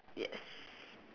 yes